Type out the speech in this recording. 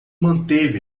manteve